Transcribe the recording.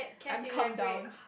I'm calmed down